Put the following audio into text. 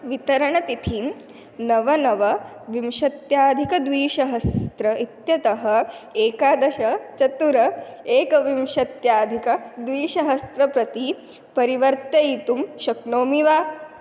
वितरणतिथिं नव नव विंशत्यधिकद्विसहस्रम् इत्यतः एकादश चतुर एकविंशत्यधिकद्विसहस्रं प्रति परिवर्तयितुं शक्नोमि वा